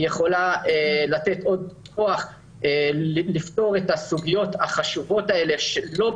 המקום לפתור את הסוגיות החשובות הללו הוא